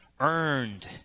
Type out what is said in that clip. earned